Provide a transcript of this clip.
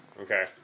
Okay